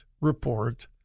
report